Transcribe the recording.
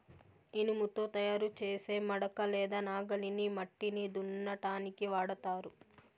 ఇనుముతో తయారు చేసే మడక లేదా నాగలిని మట్టిని దున్నటానికి వాడతారు